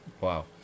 Wow